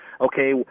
okay